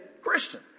Christian